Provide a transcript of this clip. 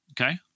Okay